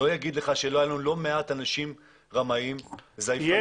לא אגיד לך שהיו לנו לא מעט אנשים רמאים וזייפנים.